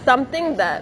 something that